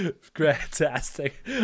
Fantastic